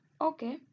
okay